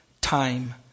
time